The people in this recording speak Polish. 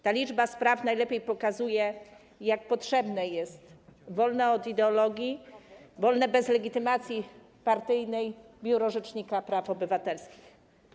Ta liczba spraw najlepiej pokazuje, jak potrzebne jest wolne od ideologii, wolne od legitymacji partyjnej Biuro Rzecznika Praw Obywatelskich.